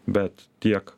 bet tiek